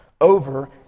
over